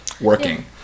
working